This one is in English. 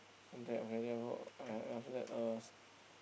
Suntec okay then after that uh